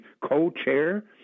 co-chair